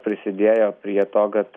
prisidėjo prie to kad